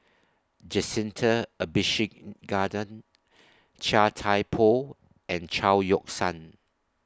Jacintha Abisheganaden Chia Thye Poh and Chao Yoke San